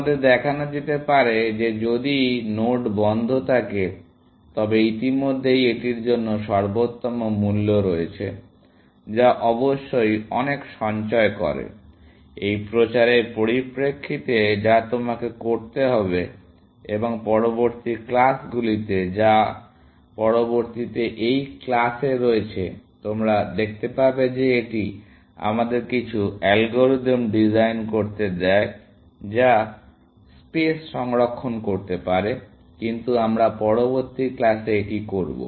তোমাদের দেখানো যেতে পারে যে যদি নোড বন্ধ থাকে তবে ইতিমধ্যেই এটির জন্য সর্বোত্তম মূল্য রয়েছে যা অবশ্যই অনেক সঞ্চয় করে এই প্রচারের পরিপ্রেক্ষিতে যা তোমাকে করতে হবে এবং পরবর্তী ক্লাসগুলিতে যা পরবর্তীতে এই ক্লাসে রয়েছে তোমরা দেখতে পাবে যে এটি আমাদের কিছু অ্যালগরিদম ডিজাইন করতে দেয় যা স্পেস সংরক্ষণ করতে পারে কিন্তু আমরা পরবর্তী ক্লাসে এটি করব